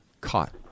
caught